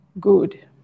good